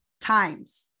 times